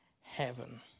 heaven